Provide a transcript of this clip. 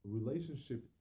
relationship